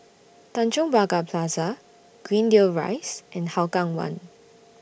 Tanjong Pagar Plaza Greendale Rise and Hougang one